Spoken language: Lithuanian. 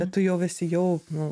bet tu jau esi jau nu